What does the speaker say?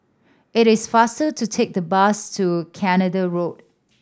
it is faster to take the bus to Canada Road